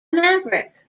maverick